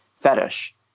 fetish